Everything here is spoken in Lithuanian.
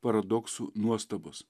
paradoksų nuostabos